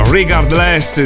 Regardless